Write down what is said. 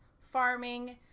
farming